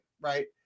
right